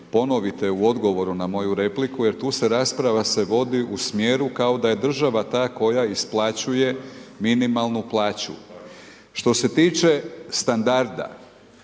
ponovite u odgovoru na moju repliku jer tu se rasprava se vodi u smjeru kao da je država ta koja isplaćuje minimalnu plaću. Što se tiče standarda,